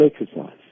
exercise